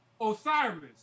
Osiris